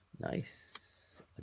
Nice